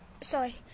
sorry